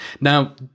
Now